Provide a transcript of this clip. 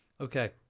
Okay